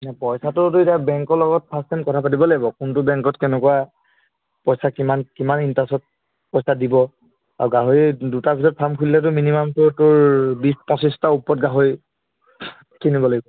নহয় পইচাটোতো এতিয়া বেংকৰ লগত ফাৰ্ষ্ট টাইম কথা পাতিব লাগিব কোনটো বেংকত কেনেকুৱা পইচা কিমান কিমান ইণ্টাৰেষ্টত পইচা দিব আৰু গাহৰি দুটাৰ পিছত ফাৰ্ম খুলিলতো মিনিমামটো তোৰ বিছ পঁচিছটাৰ ওপৰত গাহৰি কিনিব লাগিব